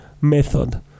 method